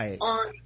on